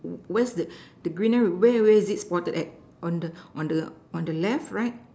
where's the the greenery where where is it spotted at on the on the on the left right